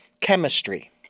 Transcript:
chemistry